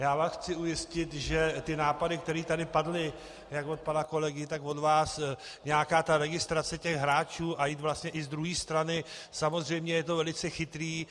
Já vás chci ujistit, že nápady, které tady padly jak od pana kolegy, tak od vás, nějaká ta registrace hráčů a vlastně i z druhé strany samozřejmě, je to velice chytré.